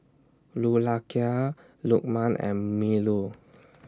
Lukman and Melur